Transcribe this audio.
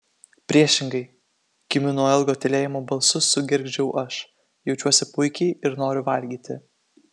priešingai kimiu nuo ilgo tylėjimo balsu sugergždžiau aš jaučiuosi puikiai ir noriu valgyti